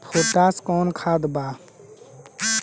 Potash कोउन खाद बा?